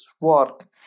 work